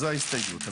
זו ההסתייגות.